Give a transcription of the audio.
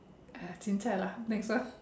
!aiya! cincai lah next one